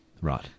Right